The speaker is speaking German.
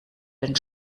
den